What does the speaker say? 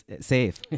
safe